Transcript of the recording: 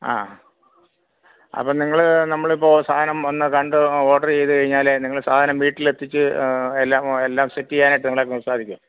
ആ അപ്പം നിങ്ങൾ നമ്മളിപ്പോൾ സാധനം വന്ന് കണ്ട് ഓർഡറ് ചെയ്ത് കഴിഞ്ഞാൽ നിങ്ങൾ സാധനം വീട്ടിലെത്തിച്ച് എല്ലാം എല്ലാം സെറ്റ് ചെയ്യാനായിട്ട് നിങ്ങളെക്കൊണ്ട് സാധിക്കുമോ